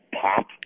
pop